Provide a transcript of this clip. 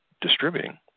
distributing